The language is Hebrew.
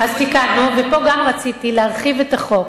אז תיקנו, ופה גם רציתי להרחיב את החוק.